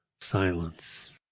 Silence